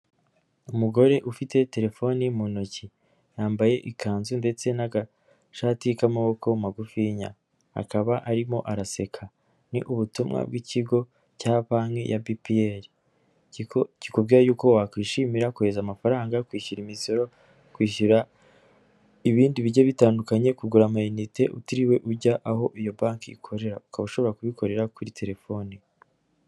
Umugore ufite telefoni mu ntoki yambaye ikanzu ndetse n'agashati k'amaboko magufinya akaba arimo araseka, ni ubutumwa bw'ikigo cya banki ya Bipiyeri kikubwira y'uko wakwishimira kohereza amafaranga, kwishyura imisoro, kwishyura ibindi bigiye bitandukanye, kugura amayinite utiriwe ujya aho iyo banki ikorera ukaba ushobora kubikorera kuri telefoni.